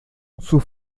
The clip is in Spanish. sus